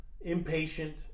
impatient